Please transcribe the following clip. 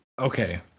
Okay